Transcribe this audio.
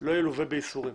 לא ילווה בייסורים